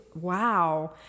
wow